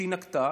שהיא נקטה,